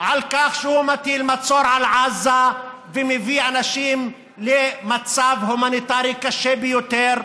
לכך שהוא מטיל מצור על עזה ומביא אנשים למצב הומניטרי קשה ביותר,